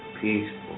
peaceful